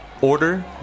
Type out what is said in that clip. Order